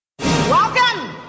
Welcome